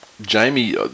Jamie